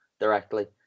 directly